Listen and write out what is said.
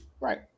Right